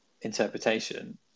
interpretation